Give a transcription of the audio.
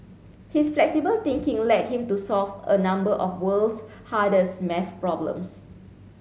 his flexible thinking led him to solve a number of world's hardest maths problems